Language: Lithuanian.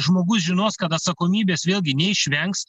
žmogus žinos kad atsakomybės vėlgi neišvengs